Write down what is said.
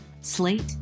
Slate